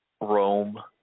Rome